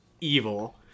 evil